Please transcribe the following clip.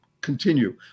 Continue